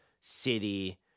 city